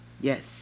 Yes